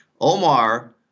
Omar